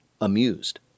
Amused